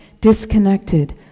disconnected